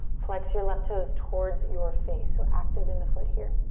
flex your left toes towards your face, so active in the foot here.